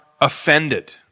offended